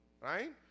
right